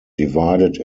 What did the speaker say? divided